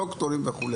דוקטורים וכו',